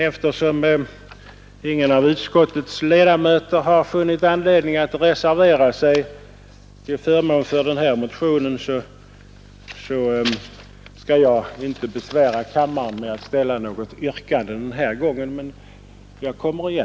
Eftersom ingen av utskottets ledamöter har funnit anledning att reservera sig till förmån för motionen, skall jag inte besvära kammaren med att ställa något yrkande denna gång. Men jag kommer igen.